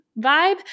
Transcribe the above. vibe